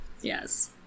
Yes